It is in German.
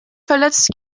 verletzt